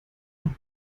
noch